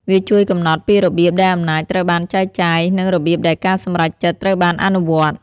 វាជួយកំណត់ពីរបៀបដែលអំណាចត្រូវបានចែកចាយ និងរបៀបដែលការសម្រេចចិត្តត្រូវបានអនុវត្ត។